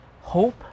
hope